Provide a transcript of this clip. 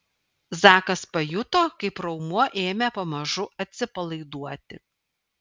zakas pajuto kaip raumuo ėmė pamažu atsipalaiduoti